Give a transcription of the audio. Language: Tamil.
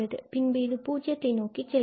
பின்பு இது பூஜ்யத்தை நோக்கி செல்கிறது